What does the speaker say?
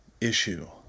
issue